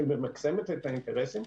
שממקסמת את האינטרסים.